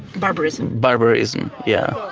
barbarism barbarism. yeah